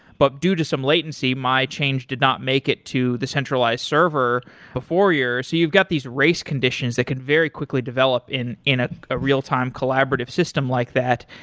but due to some latency, my change did not make it to the centralized server before yours. you've got these race conditions that could very quickly develop in a ah ah real-time collaborative system like that.